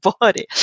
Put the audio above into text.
body